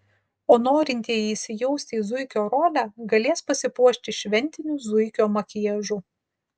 o norintieji įsijausti į zuikio rolę galės pasipuošti šventiniu zuikio makiažu